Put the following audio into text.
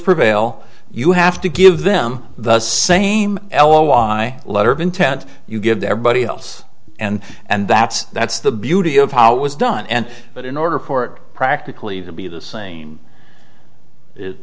prevail you have to give them the same l y letter of intent you give to everybody else and and that's that's the beauty of how it was done and but in order for it practically to be the same